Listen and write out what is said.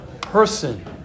person